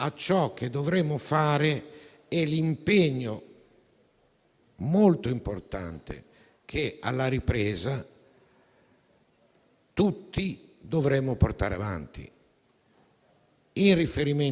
questo produrrebbe un problema relativo alla qualità, alle professionalità e alle prospettive del Sistema sanitario nazionale pubblico,